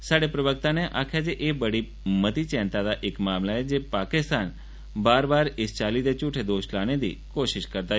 साढ़े प्रवक्ता नै आक्खेया जे एह बड़ी भारी चैंता दा इक मामला ऐ जे ाकिस्तान बार बार इस चाल्ली दे झूठे दोष लाने दी कोशिश करदा ऐ